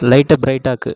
லைட்டை ப்ரைட் ஆக்கு